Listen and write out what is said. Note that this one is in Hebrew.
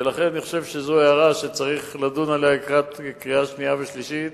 ולכן אני חושב שזו הערה שצריך לדון עליה לקראת הקריאה השנייה והשלישית